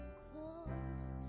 close